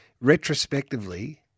retrospectively